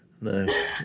no